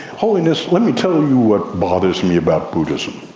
holiness, let me tell you what bothers me about buddhism.